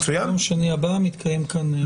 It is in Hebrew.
ביום שני הבא מתקיים כאן דיון.